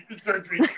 surgery